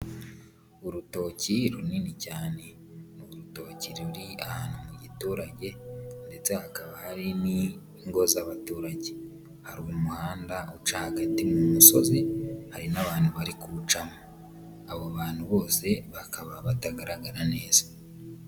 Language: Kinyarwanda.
Urutoki runini cyane, ni urutoki ruri ahantu mu giturage ndetse hakaba hari n'ingo z'abaturage, hari umuhanda uca hagati mu misozi, hari n'abantu bari kuwucamo, abo bantu bose bakaba batagaragara neza.